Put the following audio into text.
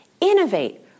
Innovate